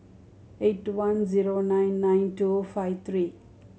eight two one zero nine nine two five three